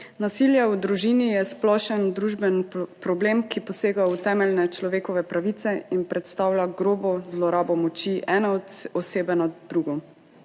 Nasilje v družini je splošen družbeni problem, ki posega v temeljne človekove pravice in predstavlja grobo zlorabo moči ene osebe nad drugo.